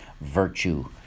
virtue